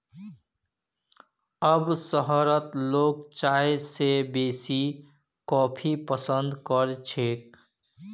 अब शहरत लोग चाय स बेसी कॉफी पसंद कर छेक